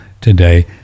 today